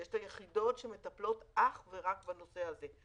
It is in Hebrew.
יש לה יחידות שמטפלות אך ורק בנושא הזה.